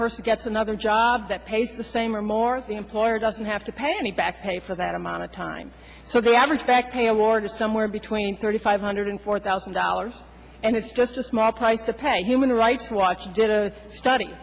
person gets another job that pays the same or more the employer doesn't have to pay any back pay for that amount of time so the average back pay award is somewhere between thirty five hundred four thousand dollars and it's just a small price to pay a human rights watch did a study